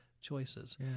choices